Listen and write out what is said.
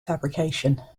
fabrication